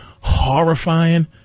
horrifying